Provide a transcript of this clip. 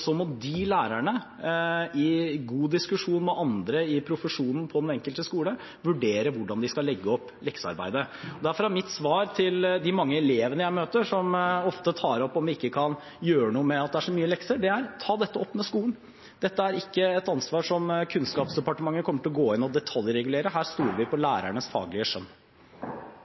Så må lærerne – i god diskusjon med andre i profesjonen på den enkelte skole – vurdere hvordan de skal legge opp leksearbeidet. Derfor er mitt svar til de mange elevene jeg møter som ofte tar opp om vi ikke kan gjøre noe med at det er så mye lekser: Ta dette opp med skolen! Dette er ikke et ansvar der Kunnskapsdepartementet kommer til å gå inn og detaljregulere. Her stoler vi på lærernes faglige skjønn.